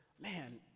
Man